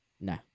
No